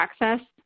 access